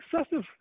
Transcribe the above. excessive